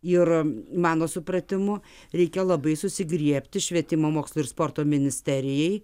ir mano supratimu reikia labai susigriebti švietimo mokslo ir sporto ministerijai